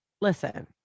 listen